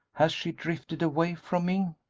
has she drifted away from me?